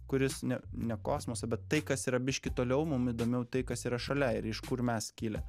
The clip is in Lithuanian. kuris ne ne kosmosą bet tai kas yra biški toliau mum įdomiau tai kas yra šalia ir iš kur mes kilę